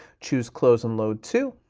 choose close and load to.